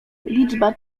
liczba